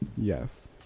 Yes